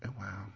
Wow